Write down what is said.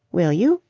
will you?